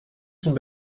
sont